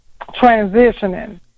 transitioning